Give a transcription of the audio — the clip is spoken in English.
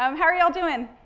um how are you all doing?